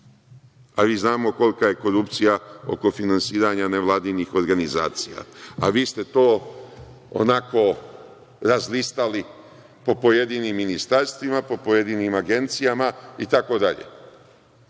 a mi znamo kolika je korupcija oko finansiranja nevladinih organizacija, a vi ste to onako razlistali po pojedinim ministarstvima, po pojedinim agencijama itd. Gro